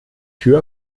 tür